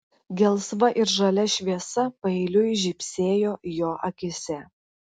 gelsva ir žalia šviesa paeiliui žybsėjo jo akyse